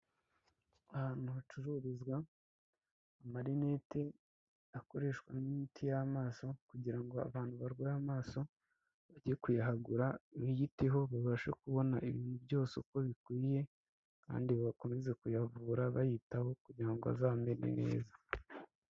Ahantu hacururizwa amarinete, hakoreshwa n'imiti y'amaso kugira ngo abantu barwaye amaso, bajye kuyahagura biyiteho, babashe kubona ibintu byose uko bikwiye kandi bakomeze kuyavura bayitaho kugira ngo bazamere neza.